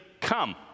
come